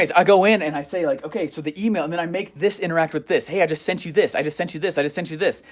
i go in and i say like, okay, so the email and then i make this interact with this. hey, i just sent you this, i just sent you this, i just sent you this,